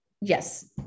Yes